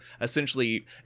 essentially